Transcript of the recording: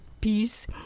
peace